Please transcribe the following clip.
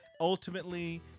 ultimately